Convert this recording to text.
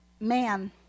man